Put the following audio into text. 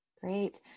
Great